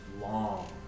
long